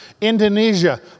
Indonesia